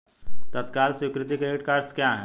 तत्काल स्वीकृति credit cards क्या हैं?